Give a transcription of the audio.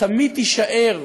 ותמיד תישאר,